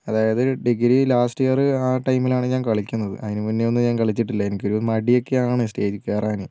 അതായത് degree last year ആ ടൈമിലാണ് ഞാൻ കളിക്കുന്നത് അതിനുമുന്നേ ഒന്നും ഞാൻ കളിച്ചിട്ടില്ല എനിക്കൊരു മടിയൊക്കെയാണ് സ്റ്റേജിൽ കയറാൻ